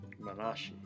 Minashi